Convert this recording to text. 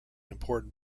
important